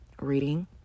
reading